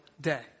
day